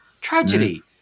tragedy